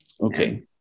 Okay